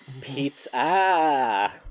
Pizza